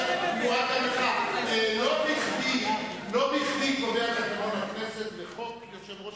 לא בכדי תקנון הכנסת קובע בחוק יושב-ראש